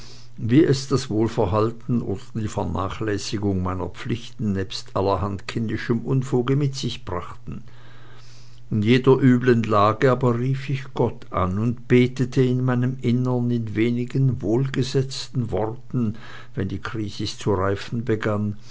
wie es das wohlverhalten oder die vernachlässigung meiner pflichten nebst allerhand kindischem unfuge mit sich brachten in jeder üblen lage aber rief ich gott an und betete in meinem innern in wenigen wohlgesetzten worten wenn die krisis zu reifen begann